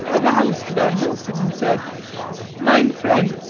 aroused van helsing, who said mine friend,